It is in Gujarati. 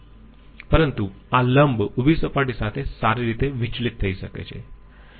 પરંતુ આ લંબ ઉભી સપાટી સાથે સારી રીતે વિચલિત થઈ શકે છે